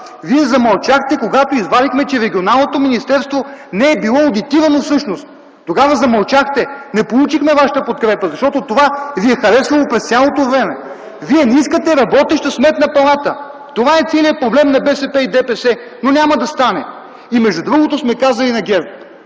Вие замълчахте, когато извадихме факта, че Регионалното министерство не е било одитирано всъщност. Тогава замълчахте! Не получихме вашата подкрепа, защото това ви е харесвало през цялото време. Вие не искате работеща Сметна палата! Това е целият проблем на БСП и ДПС, но няма да стане! И между другото сме казали на ГЕРБ: